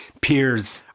peers